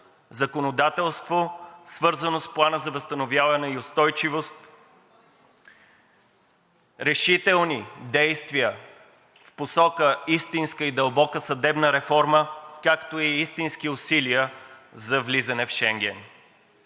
законодателство, свързано с Плана за възстановяване и устойчивост, решителни действия в посока истинска и дълбока съдебна реформа, както и истински усилия за влизане в Шенген.